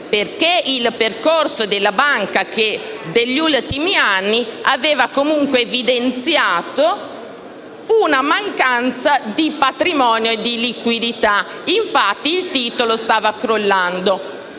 perché il percorso degli ultimi anni della banca aveva comunque evidenziato una mancanza di patrimonio e di liquidità; infatti, il titolo stava crollando.